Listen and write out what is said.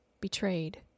betrayed